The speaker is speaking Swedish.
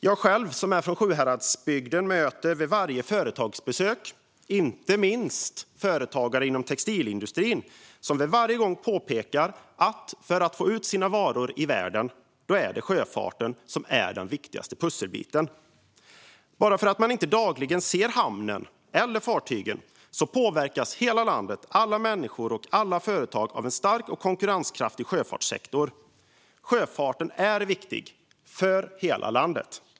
Jag som är från Sjuhäradsbygden möter vid varje företagsbesök, inte minst inom textilindustrin, företagare som påpekar att sjöfarten är den viktigaste pusselbiten när det gäller att få ut deras varor i världen. Även om man inte dagligen ser hamnen eller fartygen påverkas hela landet, alla människor och alla företag av en stark och konkurrenskraftig sjöfartssektor. Sjöfarten är viktig för hela landet.